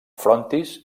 frontis